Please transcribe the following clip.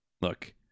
Look